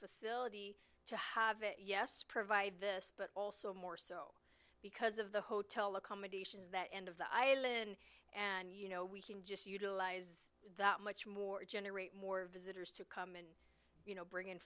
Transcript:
facility to have it yes provide this but also more so because of the hotel accommodations that end of the island and you know we can just utilize that much more generate more visitors to come in you know bring in